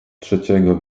trzeciego